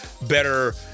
better